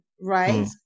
right